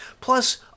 plus